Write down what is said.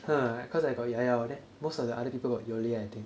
ha cause I got llaollao then most of the other people got yole I think